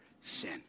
sin